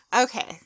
Okay